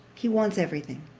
he wants every thing.